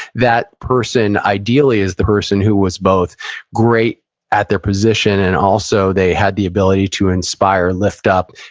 that person, ideally, is the person who was both great at their position, and also, they had the ability to inspire, lift up,